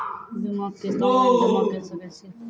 बीमाक किस्त ऑनलाइन जमा कॅ सकै छी?